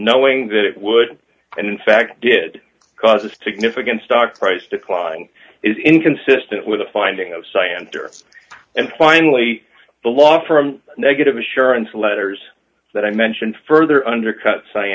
knowing that it would and in fact did cause a significant stock price decline is inconsistent with the finding of scientists and finally the law for a negative assurance letters that i mentioned further undercuts i